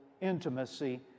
intimacy